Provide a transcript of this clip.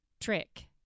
trick